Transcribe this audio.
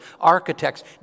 architects